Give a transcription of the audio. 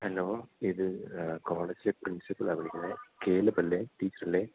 hello ഇത് college പ്രിൻസിപ്പളാണ് വിളിക്കുന്നത് കേലബല്ലേ ടീച്ചറല്ലേ